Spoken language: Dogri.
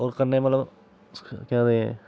होर कन्नै मतलब केह् आखदे